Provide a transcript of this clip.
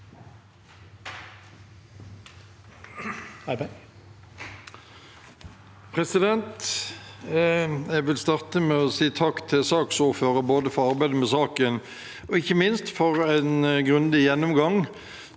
Jeg vil starte med å si takk til saksordføreren, både for arbeidet med saken og ikke minst for en grundig gjennomgang,